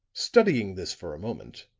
studying this for a moment,